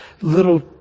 little